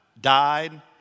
died